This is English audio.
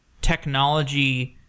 technology